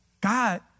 God